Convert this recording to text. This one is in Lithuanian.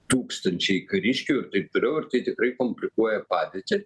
tūkstančiai kariškių ir taip toliau ir tai tikrai komplikuoja padėtį